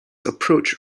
approached